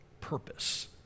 purpose